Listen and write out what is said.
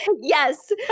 Yes